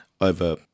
over